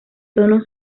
tono